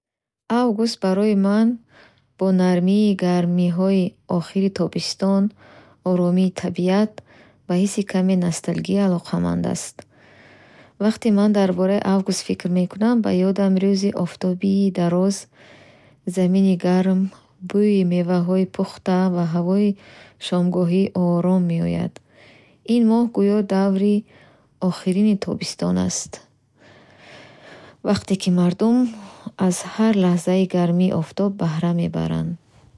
Август барои ман бо нармии гармиҳои охири тобистон, оромии табиат ва ҳисси каме носталгия алоқаманд аст. Вақте ман дар бораи август фикр мекунам, ба ёдам рӯзи офтобии дароз, замини гарм, бӯи меваҳои пухта ва ҳавои шомгоҳии ором меояд. Ин моҳ гӯё даври охирини тобистон аст. Вақте ки мардум аз ҳар лаҳзаи гармии офтоб баҳра мебаранд,